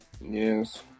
Yes